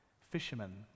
Fishermen